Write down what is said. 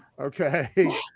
okay